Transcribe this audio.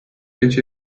pitch